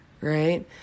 right